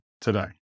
today